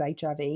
HIV